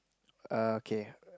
err K